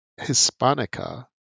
Hispanica